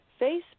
Facebook